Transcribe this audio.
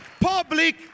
public